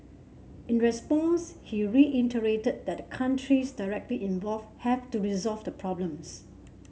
in response he reiterated that the countries directly involved have to resolve the problems